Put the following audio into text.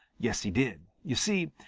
yes, he did. you see,